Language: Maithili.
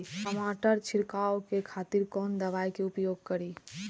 टमाटर छीरकाउ के खातिर कोन दवाई के उपयोग करी?